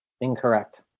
Incorrect